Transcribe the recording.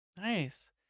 Nice